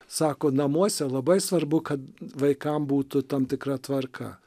sako namuose labai svarbu kad vaikam būtų tam tikra tvarka